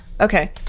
okay